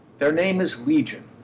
their name is legion,